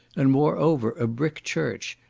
and moreover a brick church,